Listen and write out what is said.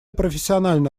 профессионально